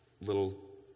little